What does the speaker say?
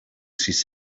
sis